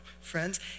friends